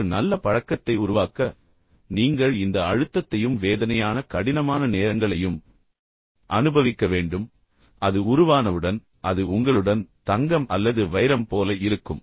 எனவே ஒரு நல்ல பழக்கத்தை உருவாக்க நீங்கள் இந்த அழுத்தத்தையும் வேதனையான கடினமான நேரங்களையும் அனுபவிக்க வேண்டும் ஆனால் அது உருவானவுடன் அது உங்களுடன் தங்கம் அல்லது வைரம் போல இருக்கும்